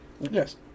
Yes